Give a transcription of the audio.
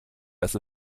erst